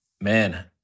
man